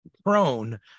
prone